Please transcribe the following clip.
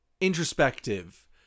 introspective